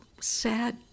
sad